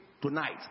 tonight